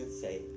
say